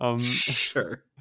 Sure